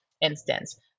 instance